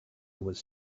was